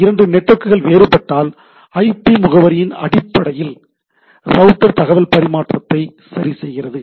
இரண்டு நெட்வொர்க்குகள் வேறுபட்டால் ஐபி முகவரியின் அடிப்படையில் ரவுட்டர் தகவல் பரிமாற்றத்தை சரி செய்கிறது